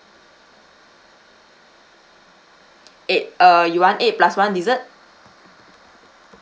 eight uh you want eight plus one dessert